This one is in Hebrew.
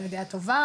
על ידי התובעת,